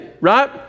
right